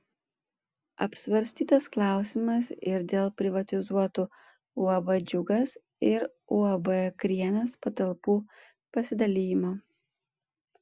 apsvarstytas klausimas ir dėl privatizuotų uab džiugas ir uab krienas patalpų pasidalijimo